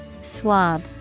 Swab